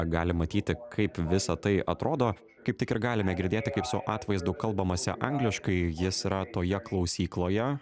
gali matyti kaip visa tai atrodo kaip tik ir galime girdėti kaip su atvaizdu kalbamasi angliškai jis yra toje klausykloje